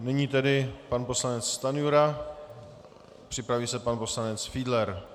Nyní tedy pan poslanec Stanjura, připraví se pan poslanec Fiedler.